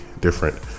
different